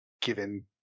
given